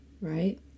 Right